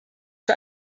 für